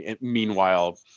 meanwhile